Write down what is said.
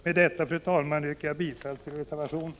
Med detta, fru talman, yrkar jag bifall till reservationen.